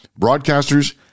broadcasters